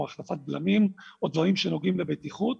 החלפת בלמים או דברים שנוגעים לבטיחות,